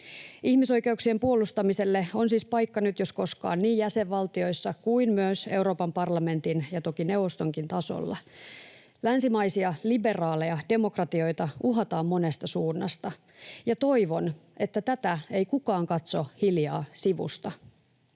Ihmisoikeuksien puolustamiselle on siis paikka nyt jos koskaan niin jäsenvaltioissa kuin myös Euroopan parlamentin ja toki neuvostonkin tasolla. Länsimaisia liberaaleja demokratioita uhataan monesta suunnasta, ja toivon, että tätä ei kukaan katso hiljaa sivusta.